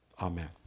Amen